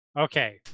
Okay